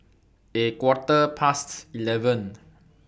A Quarter Past eleven